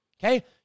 Okay